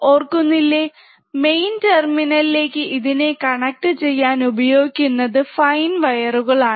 ഓർക്കുന്നില്ലേ ഇല്ലേ മെയിൻ ടെർമിനലിലേക്ക് ഇതിനെ കണക്ട് ചെയ്യാൻ ഉപയോഗിക്കുന്നത് ഫൈൻ വയറുകളാണ്